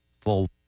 full